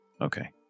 Okay